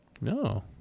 No